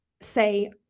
say